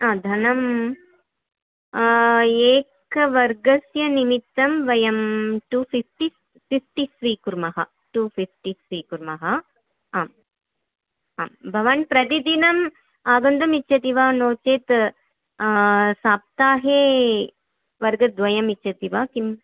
हा धनं एकवर्गस्य निमित्तं वयं टु फ़िफ़्टि फ़िफ़्टि स्वीकुर्मः टु फ़िफ़्टि स्वीकुर्मः आम् आं भवान् प्रतिदिनम् आगन्तुम् इच्छति वा नो चेत् सप्ताहे वर्गद्वयम् इच्छति वा किं